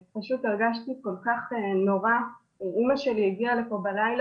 אם אנחנו נוסעים באמת דרך עופרה ושילה ובית אל וכולי,